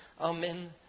Amen